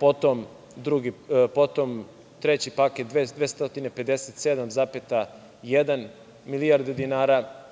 potom treći paket 257,1 milijardu dinara,